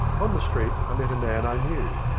on the street i met a man i knew.